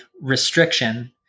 restriction